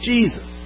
Jesus